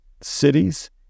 cities